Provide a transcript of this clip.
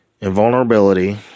invulnerability